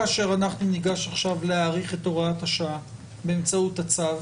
כאשר אנחנו ניגש עכשיו להאריך את הוראת השעה באמצעות הצו,